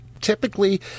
Typically